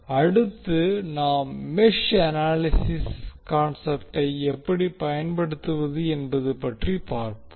அடுத்து நாம் mesh analysis கான்செப்டை எப்படி பயன்படுத்துவது என்பது பற்றி பார்ப்போம்